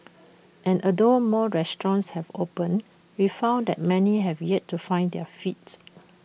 and although more restaurants have opened we found that many have yet to find their feet